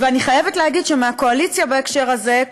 ואני חייבת להגיד שמהקואליציה בהקשר הזה,